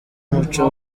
umuco